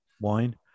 wine